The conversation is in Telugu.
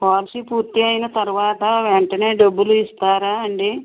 పాలసీ పూర్తి అయిన తర్వాత వెంటనే డబ్బులు ఇస్తారా అండి